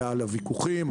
היו עליו ויכוחים,